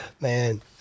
Man